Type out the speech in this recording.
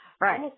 Right